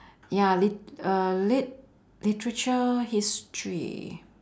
ya lit~ uh lit~ literature history